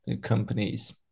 companies